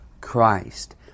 Christ